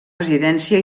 residència